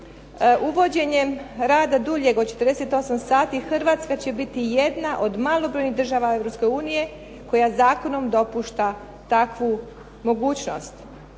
"Uvođenjem rada duljeg od 48 sati Hrvatska će biti jedna od malobrojnih država Europske unije koja zakonom dopušta takvu mogućnost.".